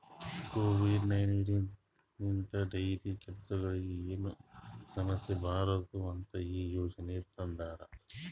Covid nineteen ಲಿಂತ್ dairy ಕೆಲಸಗೊಳಿಗ್ ಏನು ಸಮಸ್ಯ ಬರಬಾರದು ಅಂತ್ ಈ ಯೋಜನೆ ತಂದಾರ್